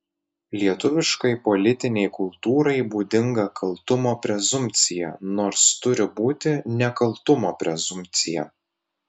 lietuviškai politinei kultūrai būdinga kaltumo prezumpcija nors turi būti nekaltumo prezumpcija